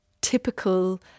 typical